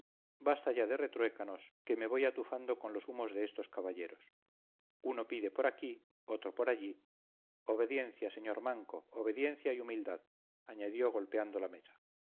basta ya de retruécanos que me voy atufando con los humos de estos caballeros uno pide por aquí otro por allí obediencia sr manco obediencia y humildad añadió golpeando la mesa